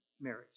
marriage